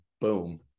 boom